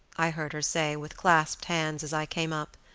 i heard her say, with clasped hands, as i came up.